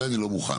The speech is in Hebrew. זה אני לא מוכן.